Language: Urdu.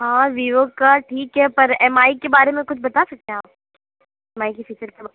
ہاں زیرو کا ٹھیک ہے پر ایم آئی کے بارے میں کچھ بتا سکتے ہیں آپ ایم آئی کے سلسلے میں